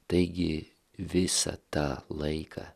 taigi visą tą laiką